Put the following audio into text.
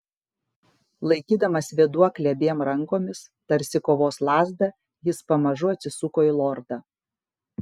laikydamas vėduoklę abiem rankomis tarsi kovos lazdą jis pamažu atsisuko į lordą